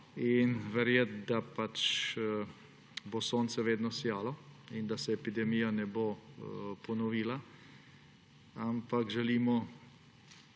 in verjeti, da pač bo sonce vedno sijalo in da se epidemija ne bo ponovila, ampak želimo